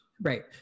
right